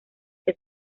que